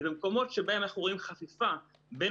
ובמקומות שבהם אנחנו רואים חפיפה בין